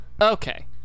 okay